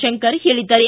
ಶಂಕರ್ ಹೇಳಿದ್ದಾರೆ